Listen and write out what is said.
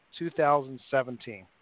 2017